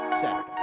Saturday